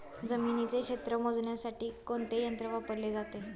जमिनीचे क्षेत्र मोजण्यासाठी कोणते यंत्र वापरले जाते?